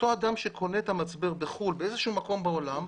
שקונה את המצבר בחוץ לארץ באיזשהו מקום בעולם,